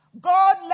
God